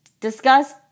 Discuss